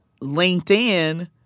linkedin